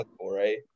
right